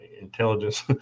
intelligence